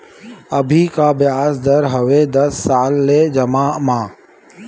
अभी का ब्याज दर हवे दस साल ले जमा मा?